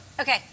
Okay